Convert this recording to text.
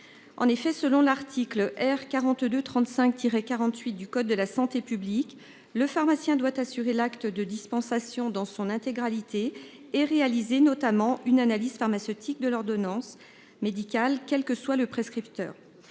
En effet, selon l'article R 42 35 48 du code de la santé publique. Le pharmacien doit assurer l'acte de dispensation dans son intégralité et réalisé notamment une analyse pharmaceutique de l'ordonnance médicale, quel que soit le prescripteur.